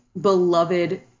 beloved